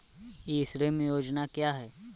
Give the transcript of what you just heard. ई श्रम योजना क्या है?